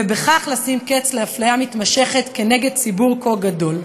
וכך לשים קץ לאפליה מתמשכת נגד ציבור כה גדול".